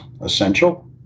Essential